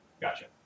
gotcha